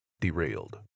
Derailed